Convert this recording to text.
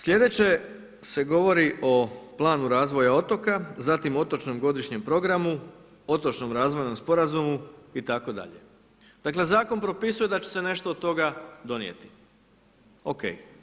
Sljedeće se govori o planu razvoja otoka, zatim otočnom godišnjem programu, otočnom razvojnom sporazumu itd. dakle zakon propisuje da će se nešto od toga donijeti, ok.